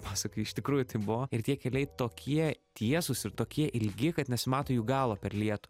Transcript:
pasaka iš tikrųjų taip buvo ir tie keliai tokie tiesūs ir tokie ilgi kad nesimato jų galo per lietų